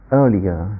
earlier